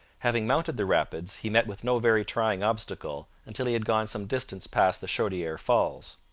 having mounted the rapids, he met with no very trying obstacle until he had gone some distance past the chaudiere falls.